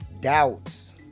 doubts